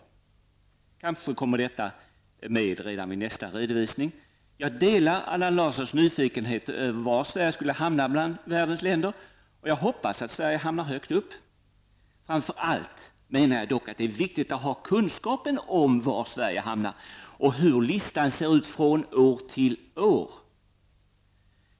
Kanske kommer detta med redan vid nästa redovisning. Jag delar Allan Larssons nyfikenhet över vad Sverige skulle hamna bland världens länder, och jag hoppas att Sverige hamnar högt upp. Framför allt menar jag dock att det är viktigt att ha kunskapen om var Sverige hamnar och hur listan ser ut från år till år.